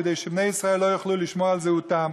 כדי שבני ישראל לא יוכלו לשמור על זהותם.